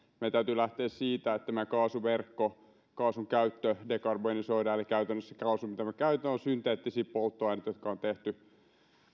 meidän täytyy lähteä siitä että meidän kaasuverkko ja kaasun käyttö dekarbonisoidaan eli käytännössä se kaasu mitä me käytämme on synteettisiä polttoaineita jotka on tehty